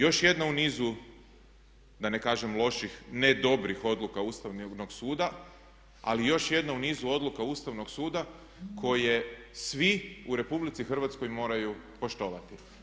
Još jedna u nizu da ne kažem loših, ne dobrih odluka Ustavnog suda ali još jedna u nizu odluka Ustavnog suda koje svi u RH moraju poštovati.